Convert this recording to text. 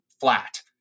flat